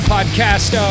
Podcast